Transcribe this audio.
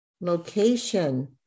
location